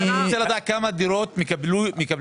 אני רוצה לדעת כמה דירות מקבלים?